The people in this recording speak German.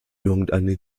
irgendeine